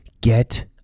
Get